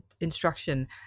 instruction